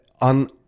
On